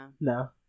No